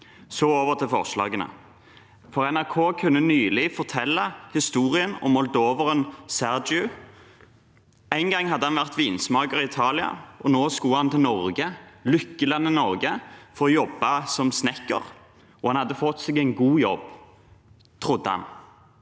Så over til forslagene. NRK kunne nylig fortelle historien om moldoveren Sergiu. En gang hadde han vært vinsmaker i Italia. Nå skulle han til Norge, lykkelandet Norge, for å jobbe som snekker, og han hadde fått seg en god jobb – trodde han.